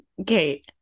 okay